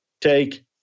take